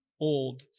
old